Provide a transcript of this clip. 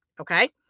okay